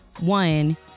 one